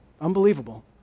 Unbelievable